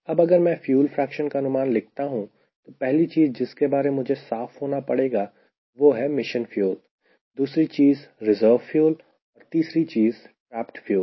अब अगर मैं फ्यूल फ्रेक्शन का अनुमान लिखता हूं तो पहली चीज जिसके बारे मुझे साफ़ होना पड़ेगा वह है मिशन फ्यूल दूसरी चीज रिजर्व फ्यूल और तीसरी चीज ट्रैप्ड फ्यूल